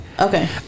okay